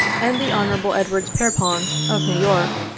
and the hon. edwards pierrpont, of new york,